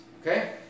okay